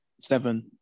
Seven